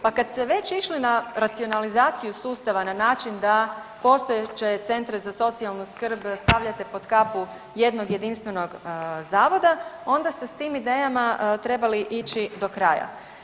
Pa kad ste već išli na racionalizaciju sustava na način da postojeće centre za socijalnu skrb stavljate pod kapu jednog jedinstvenog zavoda onda ste s tim idejama trebali ići do kraja.